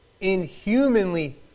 inhumanly